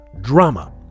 drama